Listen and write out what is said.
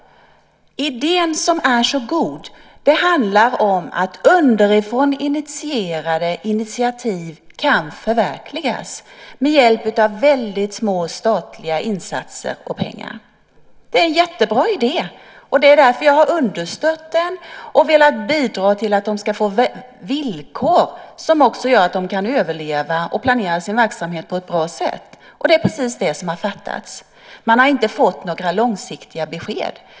Idén är så god. Det handlar om att underifrån startade initiativ kan förverkligas med hjälp av väldigt små statliga insatser och väldigt lite pengar. Det är en jättebra idé. Det är därför jag har stött det här och också velat bidra till att det ska bli villkor som gör att företagen kan överleva och planera sin verksamhet på ett bra sätt. Det är precis det som har fattats. Man har inte fått några långsiktiga besked.